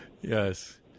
Yes